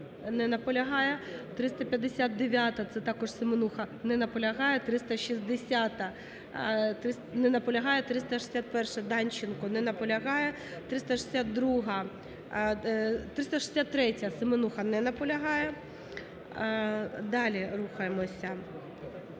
Не наполягає. 359-а – це також Семенуха. Не наполягає. 360-а. Не наполягає. 361-а, Данченко. Не наполягає. 362-а… 363-я, Семенуха. Не наполягає. Далі рухаємося: